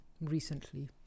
recently